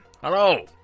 Hello